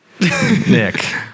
Nick